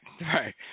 right